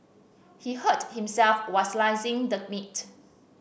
he hurt himself while slicing the meat